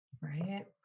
Right